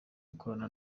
ikorana